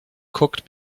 cooked